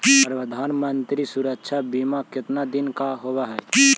प्रधानमंत्री मंत्री सुरक्षा बिमा कितना दिन का होबय है?